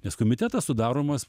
nes komitetas sudaromas